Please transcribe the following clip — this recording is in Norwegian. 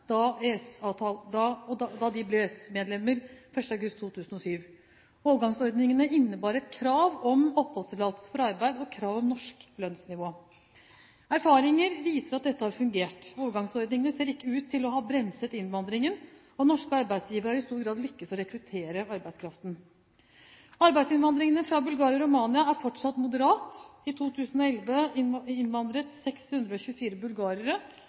da landene ble EØS-medlemmer 1. august 2007. Overgangsordningene innebar et krav om oppholdstillatelse for arbeid og krav om norsk lønnsnivå. Erfaringer viser at dette har fungert. Overgangsordningene ser ikke ut til å ha bremset innvandringen, og norske arbeidsgivere har i stor grad lyktes med å rekruttere arbeidskraften. Arbeidsinnvandringen fra Bulgaria og Romania er fortsatt moderat. I 2011 innvandret 624